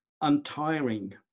untiring